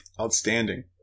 outstanding